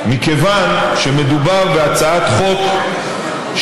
אנחנו נביא גם לשינויים בחקיקה,